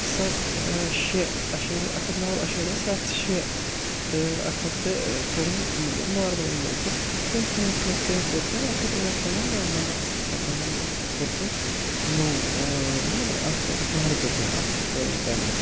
سَتھ شےٚ اَشیریہ اَکھ ہَتھ نَو اشیریہ سَتھ شےٚ تہٕ اَکھ ہَتھ تہٕ کٔرٕن مطلب نارمَلَن منٛز تہٕ سٔمی فاینَلَس منٛز کیٛاہ کوٚر تٔمۍ اَکھ ہَتھ ٲٹھ پوینٛٹ نَمنَمتھ سٮ۪کَنٛڈَن منٛز کوٚر تٔمۍ نوٚو یہِ نا اَکھ رِکاڈ کوٚر تٔمۍ اَکھ سُہ قٲیِم تَمہِ دۄہ